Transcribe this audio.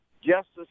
Justice